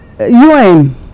UN